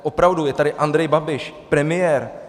Opravdu, je tady Andrej Babiš, premiér.